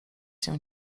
się